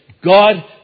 God